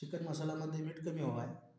chicken मसालामध्ये मीठ कमी हवं आहे